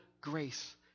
grace